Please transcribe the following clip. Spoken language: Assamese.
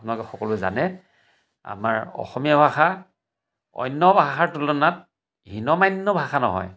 আপোনালোক সকলোৱে জানে আমাৰ অসমীয়া ভাষা অন্য ভাষাৰ তুলনাত হীনমান্য ভাষা নহয়